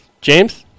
James